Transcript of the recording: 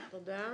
תודה.